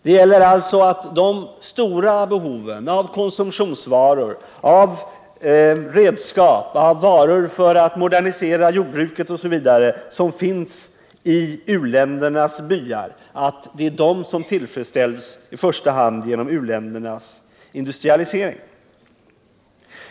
Det gäller alltså att i första hand det stora behovet av konsumtionsvaror, av redskap, av varor för att modernisera jordbruket osv., som finns i u-ländernas byar tillfredsställs genom u-ländernas industrialisering.